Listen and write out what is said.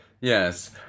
Yes